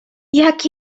jak